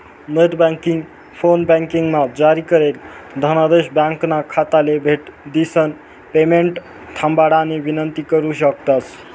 net banking, फोनबँकिंगमा जारी करेल धनादेश ब्यांकना खाताले भेट दिसन पेमेंट थांबाडानी विनंती करु शकतंस